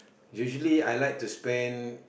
usually I like to spend